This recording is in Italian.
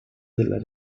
della